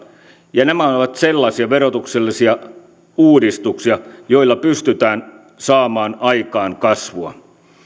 ja nämä ovat sellaisia verotuksellisia uudistuksia joilla pystytään saamaan aikaan kasvua